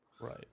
Right